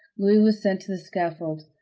louis was sent to the scaffold.